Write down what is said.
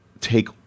take